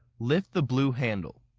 lift the blue handle.